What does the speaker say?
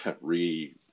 re